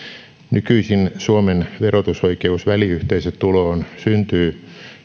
nykyisin suomen verotusoikeus väliyhteisötuloon syntyy